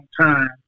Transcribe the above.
time